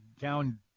down